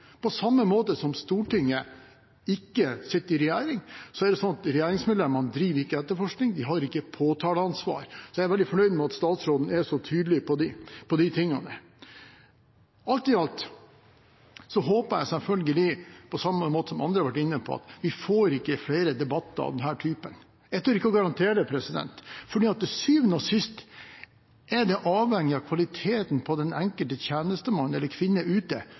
På samme måte som Stortinget ikke sitter i regjering, er det slik at regjeringsmedlemmene ikke driver etterforskning, de har ikke påtaleansvar. Så jeg er veldig fornøyd med at statsråden er så tydelig på disse tingene. Alt i alt håper jeg selvfølgelig – på samme måte som andre har vært inne på – at vi ikke får flere debatter av denne typen. Jeg tør ikke garantere det, for til syvende og sist er det avhengig av kvaliteten på den enkelte tjenestemann eller -kvinne der ute